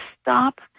stop